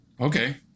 okay